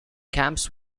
camps